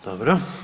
Dobro.